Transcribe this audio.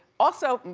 also,